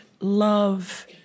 love